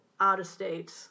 out-of-state